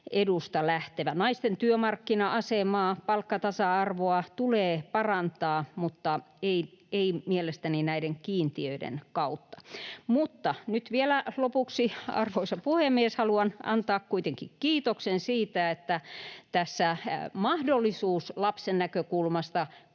edusta lähtevä. Naisten työmarkkina-asemaa ja palkkatasa-arvoa tulee parantaa mutta ei mielestäni näiden kiintiöiden kautta. Nyt vielä lopuksi, arvoisa puhemies, haluan antaa kuitenkin kiitoksen siitä, että tässä säilyy lapsen näkökulmasta